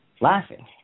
laughing